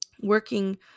working